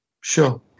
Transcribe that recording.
sure